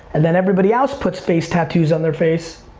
and then everybody else puts face tattoos on their face,